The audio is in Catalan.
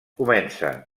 comença